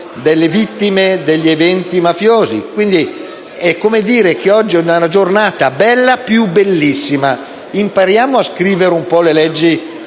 Grazie